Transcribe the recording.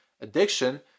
addiction